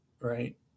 Right